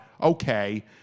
okay